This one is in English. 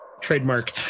trademark